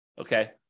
Okay